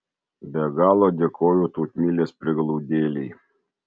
be galo dėkoju tautmilės prieglaudėlei